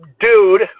dude